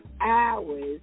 hours